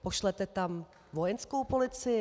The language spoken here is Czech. Pošlete tam vojenskou policii?